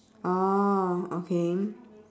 oh okay